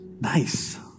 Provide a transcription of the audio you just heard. Nice